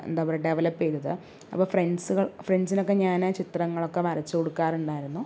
എന്താ പറയുക ഡെവലപ്പ് ചെയ്തത് അപ്പോൾ ഫ്രണ്ട്സുകൾ ഫ്രണ്ട്സിനൊക്കെ ഞാൻ ചിത്രങ്ങളൊക്കെ വരച്ച് കൊടുക്കാറുണ്ടായിരുന്നു